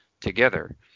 together